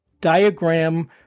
diagram